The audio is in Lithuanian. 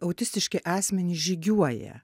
autistiški asmenys žygiuoja